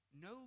No